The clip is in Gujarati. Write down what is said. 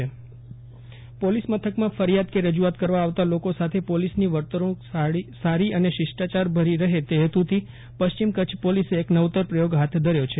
Ashraf Nathwani Kutch police feedback machine police મથકમાં ફરિયાદ કે રજૂઆત કરવા આવતા લોકો સાથે પોલીસની વર્તણૂક સારી અને શિષ્ટાયારભરી રહે તે હેતુથી પશ્ચિમ કચ્છ પોલીસે એક નવતર પ્રયોગ હાથ ધર્યો છે